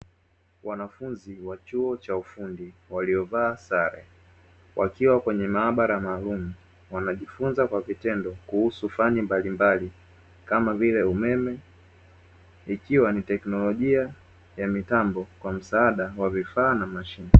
Wanafunzi wa chuo cha ufundi walizovaa sale wakiwa kwenye maabara maalumu wanajifunza kwa vitendo kuhusu fani mbalimbali kamavile umeme, ikiwa ni teknolojia ya mitambo kwa msada wa vifaa na mashine.